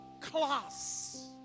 class